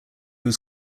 was